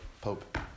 Pope